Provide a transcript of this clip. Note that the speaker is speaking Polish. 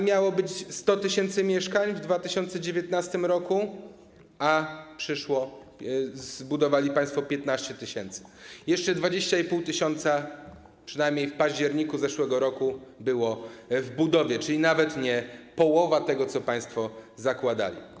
Miało być 100 tys. mieszkań w 2019 r., a zbudowali państwo 15 tys., jeszcze 20,5 tys., przynajmniej w październiku zeszłego roku, było w budowie, czyli nawet nie połowa tego, co państwo zakładali.